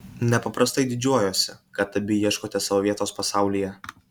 nepaprastai didžiuojuosi kad abi ieškote savo vietos pasaulyje